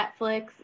Netflix